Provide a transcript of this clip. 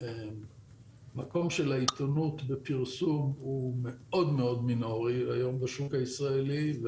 המקום של העיתונות בפרסום הוא מאוד מינורי היום בשוק הישראלי.